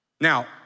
Now